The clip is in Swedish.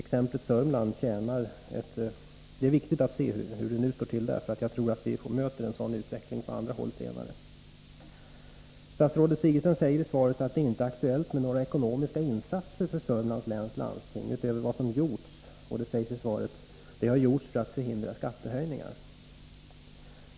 Det är emellertid viktigt att se hur läget är i Södermanland, eftersom jag tror att vi längre fram kommer att få en liknande utveckling på andra håll. Statsrådet Sigurdsen sade i svaret att det inte är aktuellt med några ytterligare ekonomiska insatser för Södermanlands läns landsting. I svaret står det att insatserna gjorts för att hindra skattehöjningar.